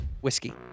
whiskey